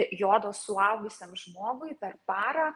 jodo suaugusiam žmogui per parą